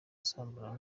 asambana